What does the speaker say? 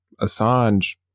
Assange